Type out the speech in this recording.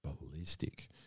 ballistic